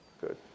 Good